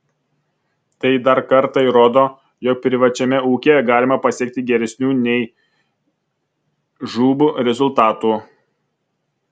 tai dar kartą įrodo jog privačiame ūkyje galima pasiekti geresnių nei žūb rezultatų